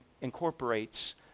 incorporates